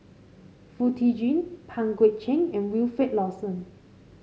Foo Tee Jun Pang Guek Cheng and Wilfed Lawson